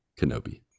Kenobi